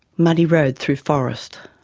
muddy road through forest.